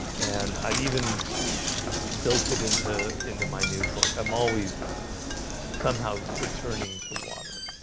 and i've even built it into into my new book. i'm always somehow returning to water